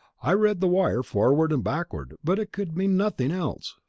i read the wire forward and backward but it could mean nothing else.